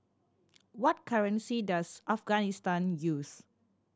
what currency does Afghanistan use